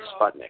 Sputnik